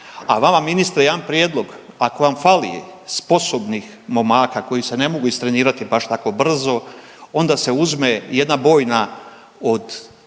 A vama ministre jedan prijedlog, ako vam fali sposobnih momaka koji se ne mogu istrenirati baš tako brzo onda se uzme jedna bojna od